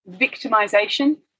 Victimization